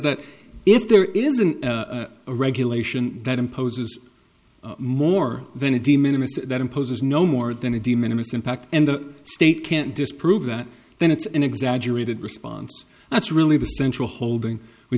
that if there isn't a regulation that imposes more than a de minimis that imposes no more than a de minimus impact and the state can't disprove that then it's an exaggerated response that's really the central holding we